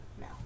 No